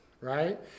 right